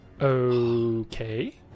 Okay